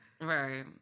Right